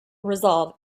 resolve